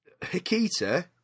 Hikita